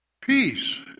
Peace